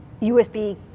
USB